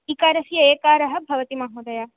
इकारस्य एकारः भवति महोदय